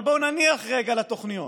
אבל בואו נניח רגע לתוכניות,